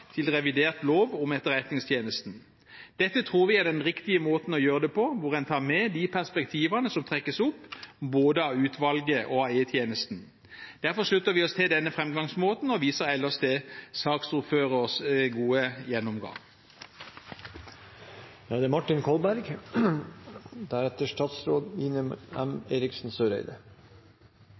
til revidert lov om Etterretningstjenesten. Dette tror vi er den riktige måten å gjøre det på, hvor en tar med de perspektivene som trekkes opp, både av utvalget og av E-tjenesten. Derfor slutter vi oss til denne framgangsmåten og viser ellers til saksordførerens gode gjennomgang.